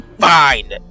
Fine